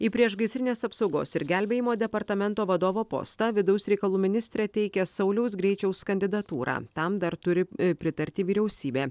į priešgaisrinės apsaugos ir gelbėjimo departamento vadovo postą vidaus reikalų ministrė teikia sauliaus greičiaus kandidatūrą tam dar turi pritarti vyriausybė